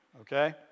okay